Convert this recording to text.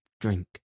drink